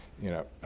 you know,